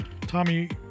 Tommy